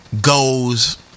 goes